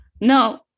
No